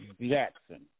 Jackson